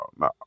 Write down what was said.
no